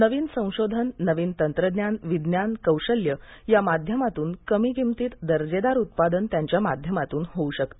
नवीन संशोधन नवीन तंत्रज्ञान विज्ञान कौशल्य या माध्यमातून कमी किंमतीत दर्जेदार उत्पादन त्यांच्या माध्यमातून होऊ शकते